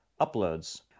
uploads